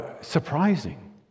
surprising